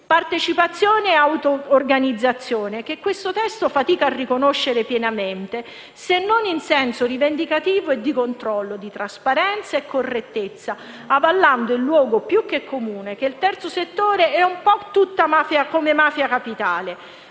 Partecipazione e autorganizzazione sono concetti che il testo in esame fatica a riconoscere pienamente, se non in senso rivendicativo e di controllo di trasparenza e correttezza, avallando il luogo più che comune che il terzo settore è un po' come Mafia Capitale.